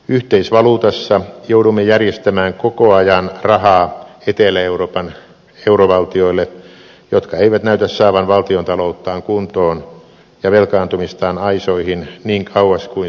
yhteisvaluutassa joudumme järjestämään koko ajan rahaa etelä euroopan eurovaltioille jotka eivät näytä saavan valtiontalouttaan kuntoon ja velkaantumistaan aisoihin niin kauas kuin silmä siintää